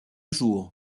jour